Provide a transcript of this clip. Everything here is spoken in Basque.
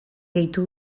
gehitu